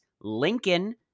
Lincoln